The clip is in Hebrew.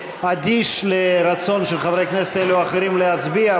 אדיש לרצון של חברי כנסת אלו או אחרים להצביע.